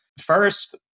First